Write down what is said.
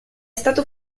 stato